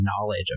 knowledge